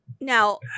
Now